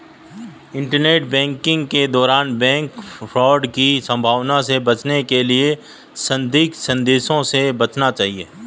internet banking के दौरान bank fraud की संभावना से बचने के लिए संदिग्ध संदेशों से बचना चाहिए